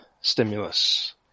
stimulus